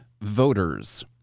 Voters